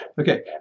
Okay